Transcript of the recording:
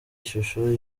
ishusho